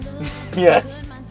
Yes